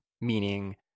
meaning